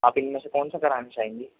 آپ ان میں سے کون سا کرانا چاہیں گی